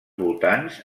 voltants